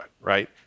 right